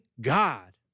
God